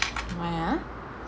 why ah